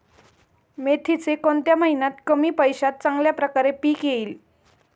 मेथीचे कोणत्या महिन्यात कमी पैशात चांगल्या प्रकारे पीक येईल?